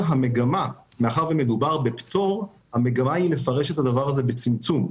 מאחר ומדובר בפטור המגמה היא לפרש את הדבר הזה בצמצום.